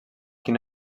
quin